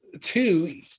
two